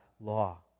law